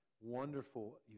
wonderful